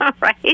Right